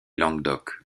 languedoc